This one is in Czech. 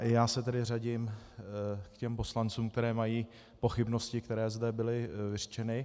Já se tedy řadím k těm poslancům, kteří mají pochybnosti, které zde byly vyřčeny.